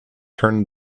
turned